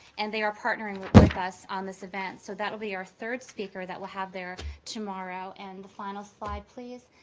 and they are partnering with us on this event. so that'll be our third speaker that we'll have there tomorrow. and the final slide, please.